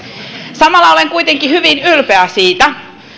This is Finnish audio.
samalla olen kuitenkin hyvin ylpeä siitä